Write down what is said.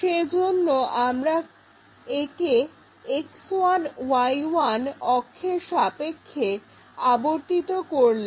সেজন্য আমরা একে X1Y1 অক্ষের সাপেক্ষে আবর্তিত করলাম